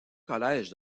collège